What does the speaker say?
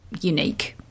unique